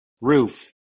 roof